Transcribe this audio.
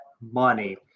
money